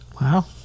Wow